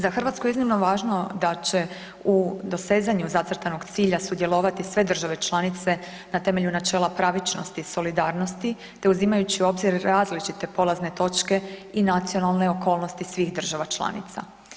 Za Hrvatsku je iznimno važno da će u dosezanju zacrtanog cilja sudjelovati sve države članice na temelju načela pravičnosti i solidarnosti te uzimajući u obzir različite polazne točke i nacionalne okolnosti svih država članica.